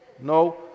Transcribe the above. no